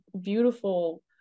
beautiful